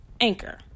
Anchor